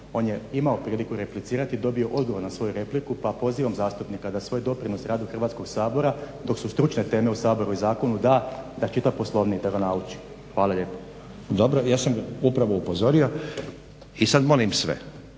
On je imao priliku replicirati i dobio bi odgovor na svoju repliku pa pozivam zastupnika da svoj doprinos radu Hrvatskog sabora dok su stručne teme u Saboru i zakonu da čita Poslovnik i da ga nauči. Hvala lijepo. **Stazić, Nenad (SDP)** Dobro, ja sam upravo upozorio. I sad molim sve